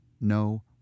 no